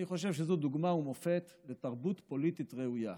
אני חושב שזו דוגמה ומופת לתרבות פוליטית ראויה.